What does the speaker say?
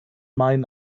mein